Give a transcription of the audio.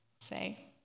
say